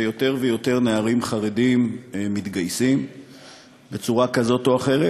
ויותר ויותר נערים חרדים מתגייסים בצורה כזאת או אחרת,